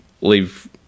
leave